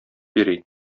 йөри